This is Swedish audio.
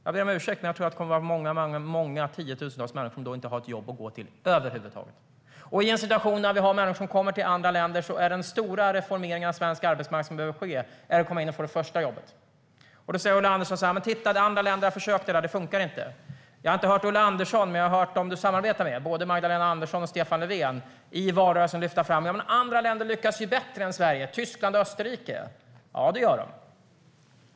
Jag ber om ursäkt, men jag tror att många tiotusentals människor då inte kommer att ha ett jobb att gå till över huvud taget. Och i en situation när vi har människor som kommer från andra länder handlar den stora reformering av svensk arbetsmarknad som behöver ske om att komma in och få det första jobbet. Då säger Ulla Andersson: Titta, andra länder har försökt det - det fungerar inte! Jag har inte hört Ulla Andersson, men jag har hört dem som du samarbetar med, både Magdalena Andersson och Stefan Löfven, i valrörelsen lyfta fram att andra länder lyckas bättre än Sverige: Tyskland och Österrike. Ja, det gör de.